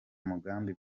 mugambi